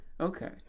okay